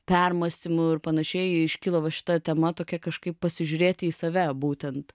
permąstymų ir panašiai iškilo va šita tema tokia kažkaip pasižiūrėti į save būtent